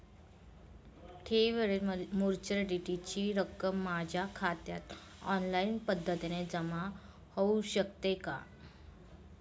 ठेवीवरील मॅच्युरिटीची रक्कम माझ्या खात्यात ऑनलाईन पद्धतीने जमा होऊ शकते का?